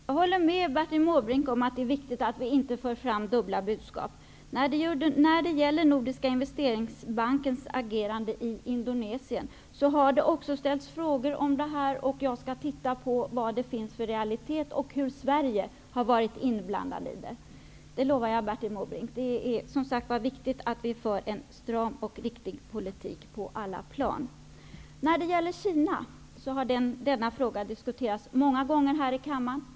Herr talman! Jag håller med Bertil Måbrink om att det är viktigt att vi inte för fram dubbla budskap. Indonesien har det ställts frågor om, och jag skall titta på vad som är realiteter i sammanhanget och hur Sverige har varit inblandat. Det lovar jag Bertil Måbrink. Det är som sagt viktigt att vi för en stram och riktig politik på alla plan. Frågan om bistånd till Kina har diskuterats många gånger här i kammaren.